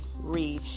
read